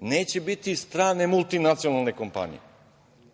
neće biti strane multinacionalne kompanije.U